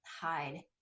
hide